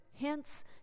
hence